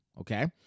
Okay